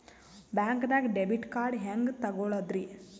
ಬ್ಯಾಂಕ್ದಾಗ debit card ಹೆಂಗ್ ತಗೊಳದ್ರಿ?